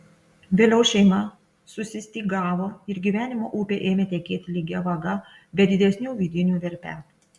vėliau šeima susistygavo ir gyvenimo upė ėmė tekėti lygia vaga be didesnių vidinių verpetų